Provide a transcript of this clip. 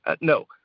No